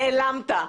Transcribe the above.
נאלמת.